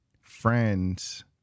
friends